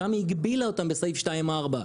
שם היא הגבילה אותם בסעיף 2(4),